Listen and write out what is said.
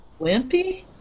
Wimpy